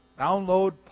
download